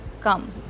come